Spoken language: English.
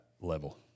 level